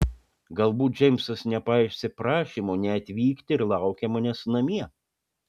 galbūt džeimsas nepaisė prašymo neatvykti ir laukia manęs namie